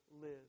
live